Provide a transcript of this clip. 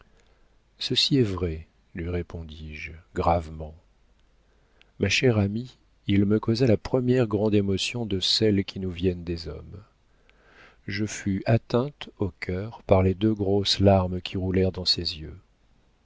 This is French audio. ceci est vrai lui répondis-je gravement ma chère amie il me causa la première grande émotion de celles qui nous viennent des hommes je fus atteinte au cœur par les deux grosses larmes qui roulèrent dans ses yeux